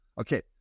Okay